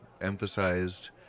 emphasized